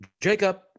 Jacob